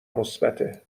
مثبته